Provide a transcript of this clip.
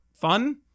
fun